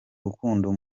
rukundo